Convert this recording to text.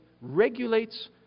regulates